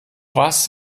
was